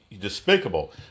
despicable